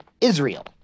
Israel